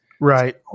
Right